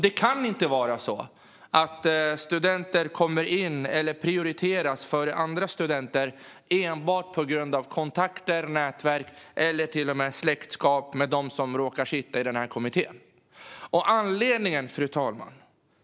Det ska inte vara så att vissa studenter prioriteras enbart på grund av kontakter, nätverk eller släktskap med dem som sitter i kommittén. Fru talman!